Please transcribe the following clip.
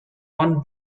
one